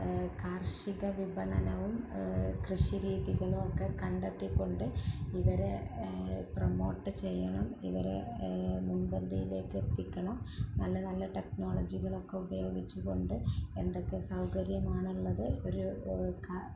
കാർഷിക വിപണനവും കൃഷി രീതികളൊക്കെ കണ്ടെത്തിക്കൊണ്ട് ഇവരെ പ്രമോട്ട് ചെയ്യണം ഇവരെ മുൻപന്തിയിലേക്കെത്തിക്കണം നല്ല നല്ല ടെക്നോളജികളൊക്കെ ഉപയോഗിച്ചുകൊണ്ട് എന്തൊക്കെ സൗകര്യമാണുള്ളത് ഒരു